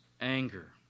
anger